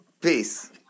Peace